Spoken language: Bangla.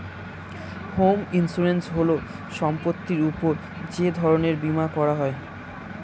হোম ইন্সুরেন্স হল সম্পত্তির উপর যে ধরনের বীমা করা হয়